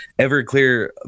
Everclear